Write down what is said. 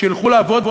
שילכו לעבוד,